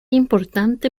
importante